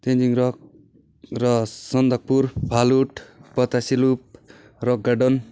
Tenzing rock र Sandakphu Phalut Batasia loop rock garden